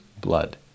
blood